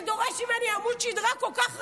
שדורש ממני עמוד שדרה כל כך רחב,